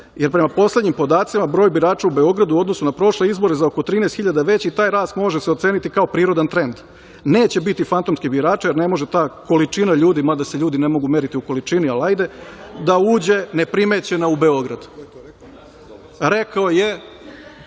jer prema poslednjim podacima, broj birača u Beogradu u odnosu na poslednje izbore je za oko 13 hiljada veći i taj rast može se oceniti kao prirodan trend. Neće biti fantomskih birača, jer ne može ta količina ljudi, mada se ljudi ne mogu meriti u količini, ali ajde, da uđe neprimećena u Beograd. Rekao je